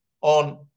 on